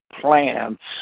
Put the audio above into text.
Plants